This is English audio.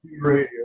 Radio